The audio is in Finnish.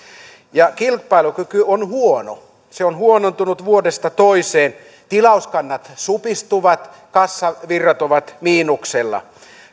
ja kilpailukyky on huono se on huonontunut vuodesta toiseen tilauskannat supistuvat kassavirrat ovat miinuksella